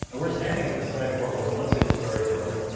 we're standing at the site of what was once a historic building.